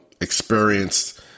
experienced